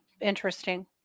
interesting